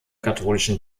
katholischen